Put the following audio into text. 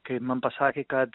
kai man pasakė kad